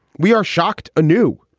we are shocked anew.